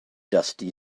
dusty